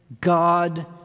God